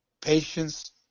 Patience